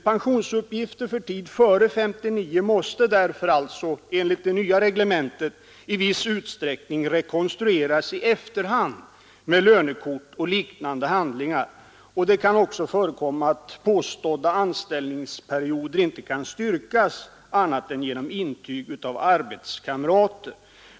Pensionsuppgifter för tid före 1959 måste därför enligt det nya reglementet i viss utsträckning rekonstrueras med hjälp av lönekort och liknande handlingar. Det kan också förekomma att påstådda anställningsperioder inte kan styrkas annat än genom intyg av arbetskamrater.